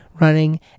running